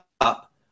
up